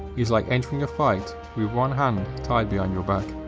is like entering a fight with one hand tied behind your back.